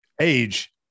age